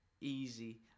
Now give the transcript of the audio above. easy